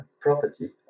property